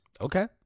okay